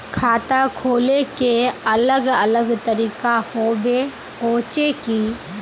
खाता खोले के अलग अलग तरीका होबे होचे की?